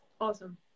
awesome